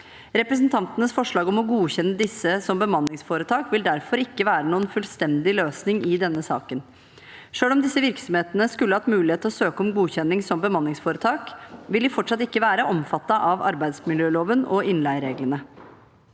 Representantenes forslag om å godkjenne disse som bemanningsforetak vil derfor ikke være noen fullstendig løsning i denne saken. Selv om disse virksomhetene skulle hatt mulighet til å søke om godkjenning som bemanningsforetak, vil de fortsatt ikke være omfattet av arbeidsmiljøloven og innleiereglene.